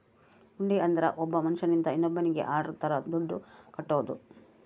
ಹುಂಡಿ ಅಂದ್ರ ಒಬ್ಬ ಮನ್ಶ್ಯನಿಂದ ಇನ್ನೋನ್ನಿಗೆ ಆರ್ಡರ್ ತರ ದುಡ್ಡು ಕಟ್ಟೋದು